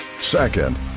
Second